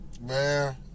Man